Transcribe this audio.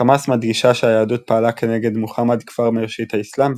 חמאס מדגישה שהיהדות פעלה כנגד מוחמד כבר מראשית האסלאם,